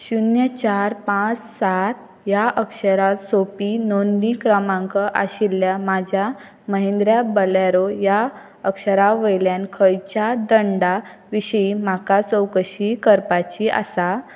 शुन्य चार पांच सात ह्या अक्षर सोंपी नोंदणी क्रमांक आशिल्ल्या म्हाज्या महिंद्रा बोलेरो ह्या अक्षरा वयल्यान खंयच्या दंडा विशीं म्हाका चवकशी करपाची आसा